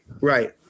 right